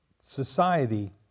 society